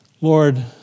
Lord